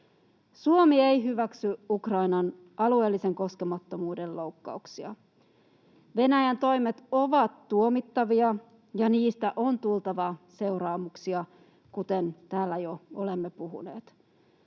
Suomi ei hyväksy Ukrainan alueellisen koskemattomuuden loukkauksia. Venäjän toimet ovat tuomittavia, ja niistä on tultava seuraamuksia, kuten täällä jo olemme puhuneet.